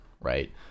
right